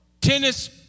tennis